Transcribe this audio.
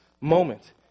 moment